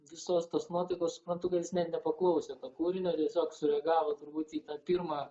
visos tos nuotaikos matau kad jis net nepaklausė kūrinio tiesiog sureagavo turbūt į tą pirmą